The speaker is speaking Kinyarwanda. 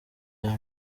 amwe